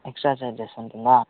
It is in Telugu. ఎక్సట్రా ఛార్జెస్ ఉంటుందా